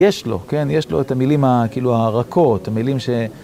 יש לו, כן? יש לו את המילים ה... כאילו, הרכות, המילים ש...